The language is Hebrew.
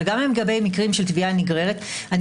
אבל גם לגבי מקרים של תביעה נגררת אני